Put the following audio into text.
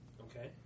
Okay